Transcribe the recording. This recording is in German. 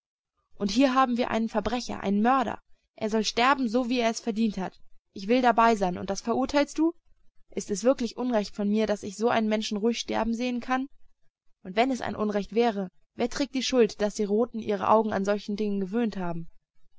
und hier haben wir einen verbrecher einen mörder er soll sterben so wie er es verdient hat ich will dabei sein und das verurteilst du ist es wirklich unrecht von mir daß ich so einen menschen ruhig sterben sehen kann und wenn es ein unrecht wäre wer trägt die schuld daß die roten ihre augen an solche dinge gewöhnt haben